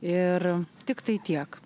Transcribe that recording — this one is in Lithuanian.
ir tiktai tiek